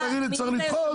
תגיד לי צריך לדחות,